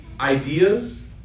ideas